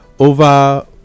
over